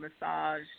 massage